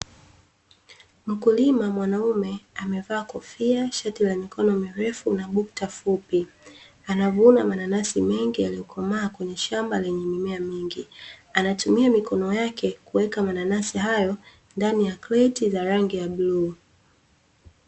Mkulima mwanaume amevaa kofia, shati la mikono mirefu na bukta fupi anavuna mananasi mengi yaliyokomaa kwenye shamba lenye mimea mingi, anatumia mikono yake kuweka mananasi hayo ndani ya kreti za rangi ya bluu.